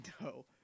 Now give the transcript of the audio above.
No